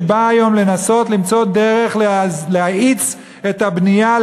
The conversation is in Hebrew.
שבא היום לנסות למצוא דרך להאיץ את הבנייה,